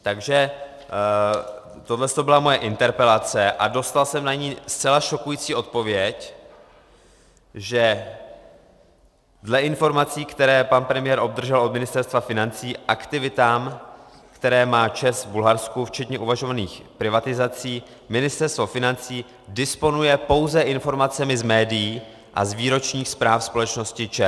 Tohle byla moje interpelace a dostal jsem na ni zcela šokující odpověď, že dle informací, které pan premiér obdržel od Ministerstva financí aktivitám, které má ČEZ v Bulharsku, včetně uvažovaných privatizací, Ministerstvo financí disponuje pouze informacemi z médií a z výročních zpráv společnosti ČEZ.